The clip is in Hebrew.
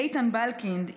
איתן בלקינד,